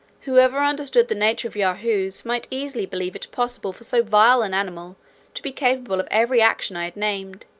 whoever understood the nature of yahoos, might easily believe it possible for so vile an animal to be capable of every action i had named,